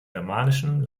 germanischen